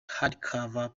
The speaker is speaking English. hardcover